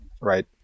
Right